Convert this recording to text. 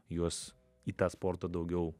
juos į tą sportą daugiau